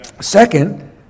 Second